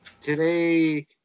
Today